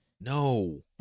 No